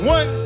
One